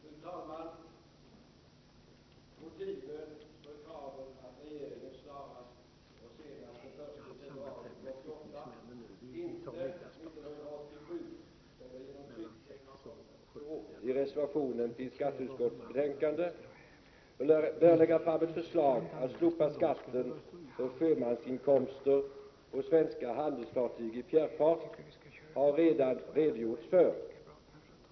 Fru talman! Motiven för kraven att regeringen snarast och senast den 1 februari 1988 — inte 1987, som det genom ett tryckfel har kommit att stå i reservationen till skatteutskottets betänkande — bör lägga fram ett förslag att slopa skatten för sjömansinkomster på svenska handelsfartyg i sjöfart har det redan redogjorts för.